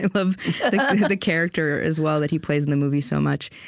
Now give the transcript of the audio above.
love the character, as well, that he plays in the movie so much.